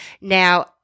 Now